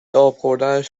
آبخوردنش